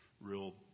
real